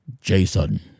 Jason